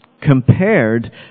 Compared